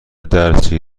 درسی